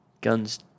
Guns